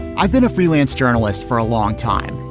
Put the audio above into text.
i've been a freelance journalist for a long time.